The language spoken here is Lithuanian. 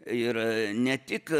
ir ne tik